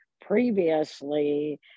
previously